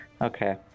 okay